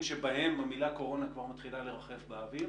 שבהם המילה קורונה כבר מתחילה לרחף באוויר.